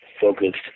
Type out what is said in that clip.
focused